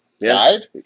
Died